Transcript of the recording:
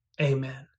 amen